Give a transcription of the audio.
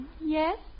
Yes